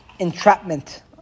Entrapment